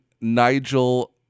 Nigel